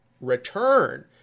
return